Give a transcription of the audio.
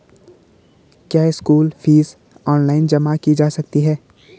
क्या school fees online जमा की जा सकती है?